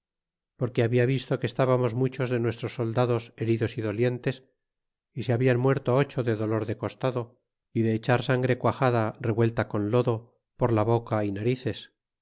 porque habla visto que estábamos muchos de nuestros soldados heridos y dolientes y se hablan muet to ocho de dolor de costado y de echar sangre cuajada revuelta con lodo por la boca y narices